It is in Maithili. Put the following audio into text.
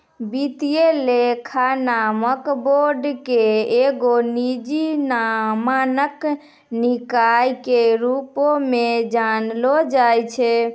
वित्तीय लेखा मानक बोर्ड के एगो निजी मानक निकाय के रुपो मे जानलो जाय छै